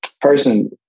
person